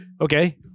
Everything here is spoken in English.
okay